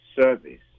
service